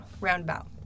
roundabout